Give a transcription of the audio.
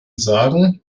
sagen